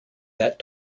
that